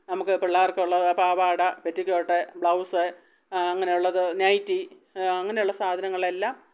നമ്മൾക്ക് പിള്ളേര്ക്കുള്ളത് പാവാട പെറ്റിക്കോട്ട് ബ്ലൗസ് അങ്ങനെയുള്ളത് നൈറ്റി അങ്ങനെയുള്ള സാധനങ്ങളെല്ലാം